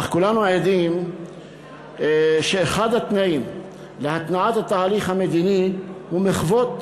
אך כולנו עדים לכך שאחד התנאים להתנעת התהליך המדיני הוא מחוות,